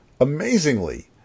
amazingly